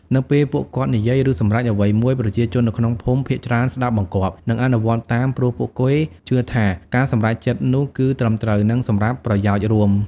នៅពេលពួកគាត់និយាយ ឬសម្រេចអ្វីមួយ ប្រជាជននៅក្នុងភូមិភាគច្រើនស្ដាប់បង្គាប់ និងអនុវត្តតាម ព្រោះពួកគេជឿជាក់ថាការសម្រេចចិត្តនោះគឺត្រឹមត្រូវ និងសម្រាប់ប្រយោជន៍រួម។